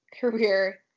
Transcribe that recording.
career